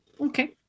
Okay